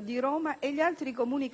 di Roma e gli altri Comuni capoluogo